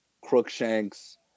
Crookshank's